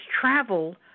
travel